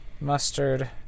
mustard